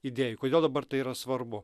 idėjų kodėl dabar tai yra svarbu